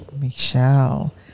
Michelle